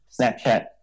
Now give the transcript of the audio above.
Snapchat